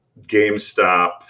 GameStop